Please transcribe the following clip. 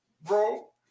bro